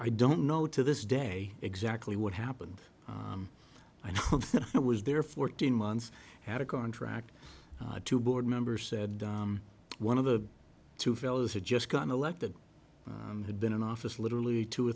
i don't know to this day exactly what happened i know i was there fourteen months had a contract to board member said one of the two fellows had just gotten elected who had been in office literally two or